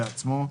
בעצמו,